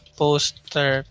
poster